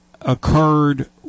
occurred